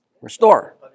Restore